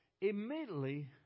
Immediately